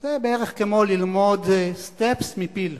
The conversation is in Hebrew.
זה בערך כמו ללמוד סטפס מפיל.